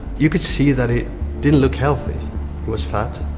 you could see that he didn't look healthy. he was fat